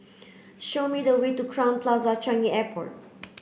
show me the way to Crowne Plaza Changi Airport